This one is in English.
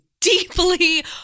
deeply